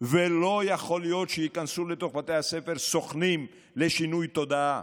ולא יכול להיות שייכנסו לתוך בתי הספר סוכנים לשינוי תודעה.